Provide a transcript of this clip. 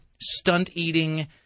stunt-eating